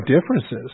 differences